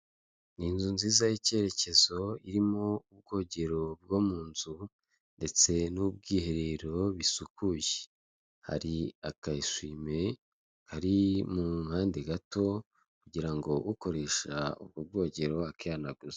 Inkuru igaragaza abantu bari kwamamaza umukandida dogiteri Habineza furaka mu matora ya perezida w'umukuru w'igihugu cy'u Rwanda.